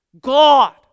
God